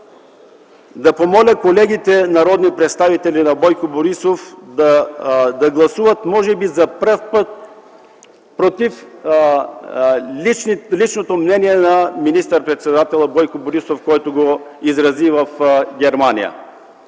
да помоля колегите народни представители на Бойко Борисов да гласуват може би за пръв път против личното мнение на министър-председателя, което той изрази в Германия.